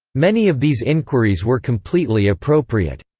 many of these inquiries were completely appropriate.